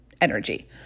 energy